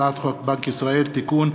זכויותיהם וחובותיהם (תיקון,